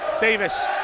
Davis